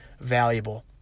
valuable